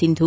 Sindhu